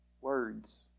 words